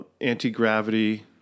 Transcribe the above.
anti-gravity